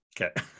Okay